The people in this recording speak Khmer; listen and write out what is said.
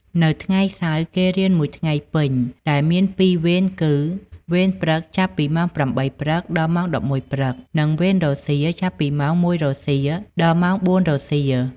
នៅថ្ងៃ សៅរ៍ គេរៀនមួយថ្ងៃពេញដែលមានពីរវេនគឺ វេនព្រឹក ចាប់ពីម៉ោង ៨ ព្រឹក ដល់ម៉ោង ១១ ព្រឹក និង វេនរសៀល ចាប់ពីម៉ោង ១ រសៀល ដល់ម៉ោង ៤ រសៀល។